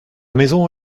maison